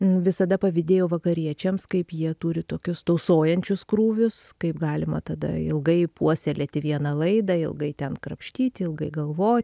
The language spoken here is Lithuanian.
visada pavydėjau vakariečiams kaip jie turi tokius tausojančius krūvius kaip galima tada ilgai puoselėti vieną laidą ilgai ten krapštyti ilgai galvoti